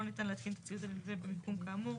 לא ניתן להתקין את הציוד הנלווה במיקום כאמור,